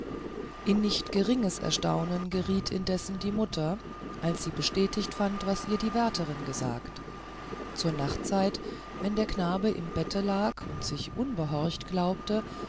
in nicht geringes erstaunen geriet indessen die mutter als sie bestätigt fand was ihr die wärterin gesagt zur nachtzeit wenn der knabe im bette lag und sich unbehorcht glaubte